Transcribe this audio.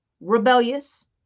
rebellious